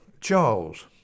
Charles